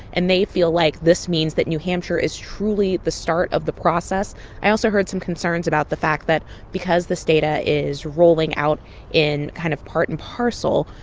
and they feel like this means that new hampshire is truly the start of the process i also heard some concerns about the fact that because this data is rolling out in kind of part and parcel,